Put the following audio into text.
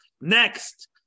Next